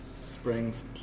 Springs